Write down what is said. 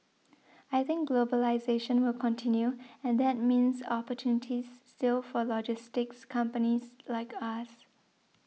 I think globalisation will continue and that means opportunities still for logistics companies like us